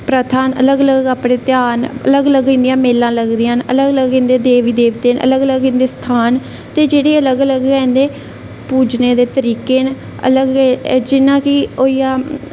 प्रथा न अलग अलग तेहार न अलग अलग इं'दियां मेलां लगदियां न अलग अलग इं'दे देवी देवतां न अलग अलग देवस्थान न ते जेह्ड़े अलग अलग न इं'दे पूजने दे तरीके न जि'यां कि